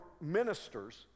ministers